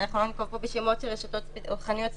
אנחנו לא ננקוב פה בשמות של רשתות או חנויות ספציפיות,